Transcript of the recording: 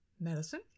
medicine